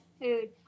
food